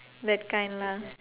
that kind lah